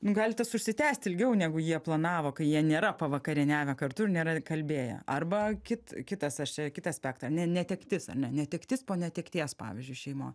nu gali tas užsitęst ilgiau negu jie planavo kai jie nėra pavakarieniavę kartu ir nėra kalbėję arba kit kitas aš čia kitą aspektą ne netektis ar ne netektis po netekties pavyzdžiui šeimoj